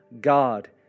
God